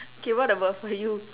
okay what about for you